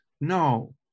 No